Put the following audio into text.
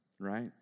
right